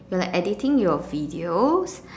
you're like editing your videos